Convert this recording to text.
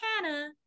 Hannah